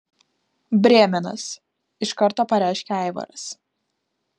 brėmenas iš karto pareiškė aivaras